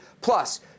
Plus